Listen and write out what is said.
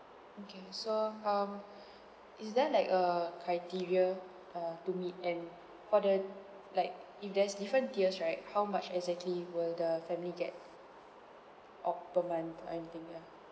okay so um is there like a criteria uh to meet and for the like if there's different tiers right how much exactly will the family get on per month or anything ya